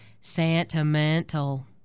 sentimental